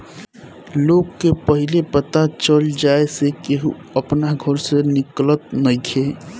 लोग के पहिले पता चल जाए से केहू अपना घर से निकलत नइखे